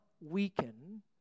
weaken